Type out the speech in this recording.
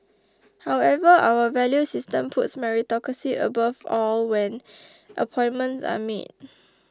however our value system puts meritocracy above all when appointments are made